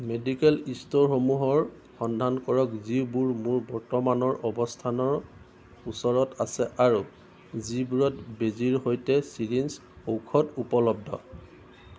medical ষ্ট'ৰসমূহৰ সন্ধান কৰক যিবোৰ মোৰ বৰ্তমানৰ অৱস্থানৰ ওচৰত আছে আৰু যিবোৰত বেজীৰ সৈতে চিৰিঞ্জ ঔষধ উপলব্ধ